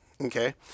Okay